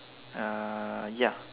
uh ya